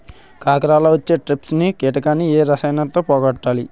కాకరలో వచ్చే ట్రిప్స్ కిటకని ఏ రసాయనంతో పోగొట్టాలి?